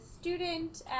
student